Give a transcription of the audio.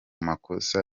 makosa